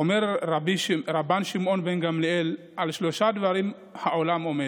אומר רבן שמעון בן גמליאל: "על שלושה דברים העולם קיים: